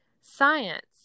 science